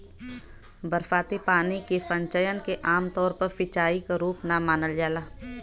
बरसाती पानी के संचयन के आमतौर पर सिंचाई क रूप ना मानल जाला